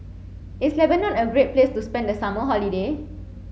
is Lebanon a great place to spend the summer holiday